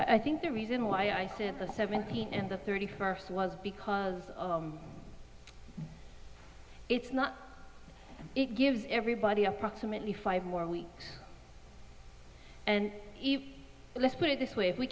that i think the reason why i said the seventeen and the thirty first was because it's not it gives everybody approximately five more weeks and let's put it this way if we